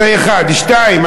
זו השאלה הראשונה.